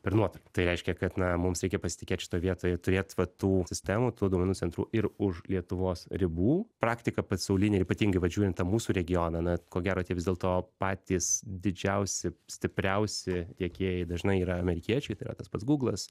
per nuotolinį tai reiškia kad na mums reikia pasitikėt šitoj vietoj turėt vat tų sistemų tų duomenų centrų ir už lietuvos ribų praktika pasaulinė ir ypatingai vat žiūrint į tą mūsų regioną na ko gero tie vis dėlto patys didžiausi stipriausi tiekėjai dažnai yra amerikiečiai tai yra tas pats gūglas